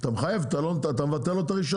אתה מחייב, אתה מבטל את לא את הרישיון.